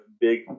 big